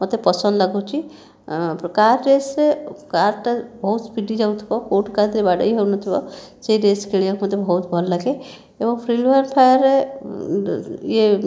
ମୋତେ ପସନ୍ଦ ଲାଗୁଛି କାର୍ ରେସ୍ରେ କାର୍ଟା ବହୁତ ସ୍ପିଡି ଯାଉଥିବ କେଉଁଠି କାହା ଦେହରେ ବାଡ଼େଇ ହେଉନଥିବ ସେ ରେସ୍ ଖେଳିବାକୁ ମୋତେ ବହୁତ ଭଲ ଲାଗେ ଏବଂ ଫିଲ୍ଡ ୱାର୍ ଫାୟାରରେ ଇଏ